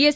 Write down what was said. S